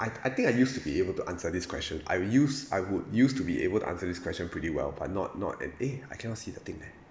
I I think I used to be able to answer this question I used I would used to be able to answer this question pretty well but not not at eh I cannot see the thing leh